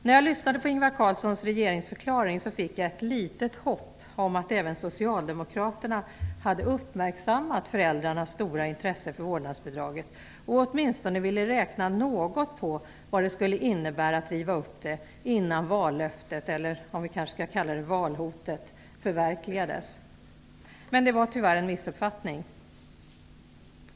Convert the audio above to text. När jag lyssnade på Ingvar Carlssons regeringsförklaring fick jag ett litet hopp om att även Socialdemokraterna hade uppmärksammat föräldrarnas stora intresse för vårdnadsbidraget och åtminstone ville räkna något på vad det skulle innebära att riva upp det innan vallöftet, eller snarare valhotet, förverkligades. Men det var tyvärr en missuppfattning.